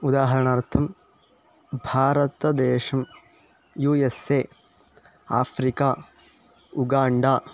उदाहरणार्थं भारतदेशं U S A Africa Uganda